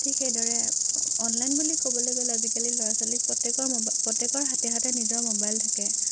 ঠিক সেইদৰে অনলাইন বুলি ক'বলৈ গ'লে আজিকালি ল'ৰা ছোৱালী প্ৰত্য়েকৰ ম'ব প্ৰত্যেকৰ হাতে হাতে নিজৰ ম'বাইল থাকে